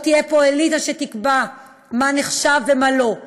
לא תהיה פה אליטה שתקבע מה נחשב ומה לא.